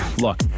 look